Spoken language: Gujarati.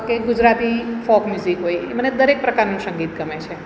કે ગુજરાતી ફોક મ્યુઝિક હોય મને દરેક પ્રકારનું સંગીત ગમે છે